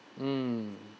mm